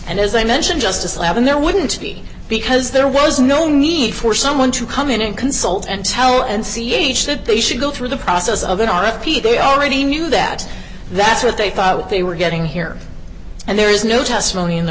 and as i mentioned just a slab and there wouldn't be because there was no need for someone to come in and consult and tell and c h that they should go through the process of an r f p they already knew that that's what they thought they were getting here and there is no testimony in the